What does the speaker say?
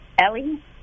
Ellie